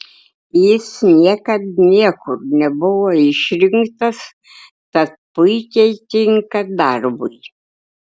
jis niekad niekur nebuvo išrinktas tad puikiai tinka darbui